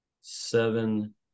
seven